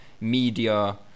media